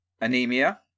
anemia